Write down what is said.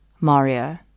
Mario